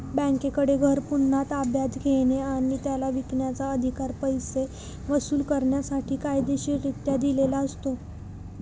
बँकेकडे घर पुन्हा ताब्यात घेणे आणि त्याला विकण्याचा, अधिकार पैसे वसूल करण्यासाठी कायदेशीररित्या दिलेला असतो